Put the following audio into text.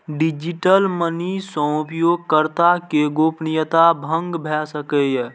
digital money सं उपयोगकर्ता के गोपनीयता भंग भए सकैए